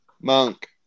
Monk